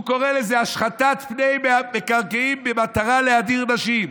הוא קורא לזה השחתת פני מקרקעין במטרה להדיר נשים.